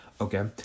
okay